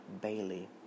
Bailey